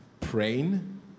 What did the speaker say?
praying